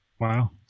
Wow